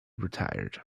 retired